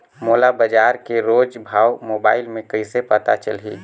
मोला बजार के रोज भाव मोबाइल मे कइसे पता चलही?